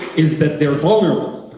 is that they're vulnerable